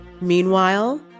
Meanwhile